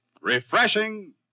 refreshing